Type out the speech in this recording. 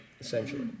essentially